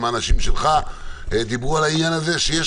גם האנשים שלך דיברנו על העניין הזה שיש